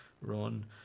run